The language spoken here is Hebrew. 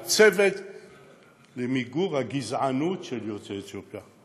צוות למיגור הגזענות כלפי יוצאי אתיופיה.